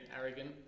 arrogant